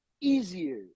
easier